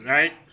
Right